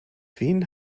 wen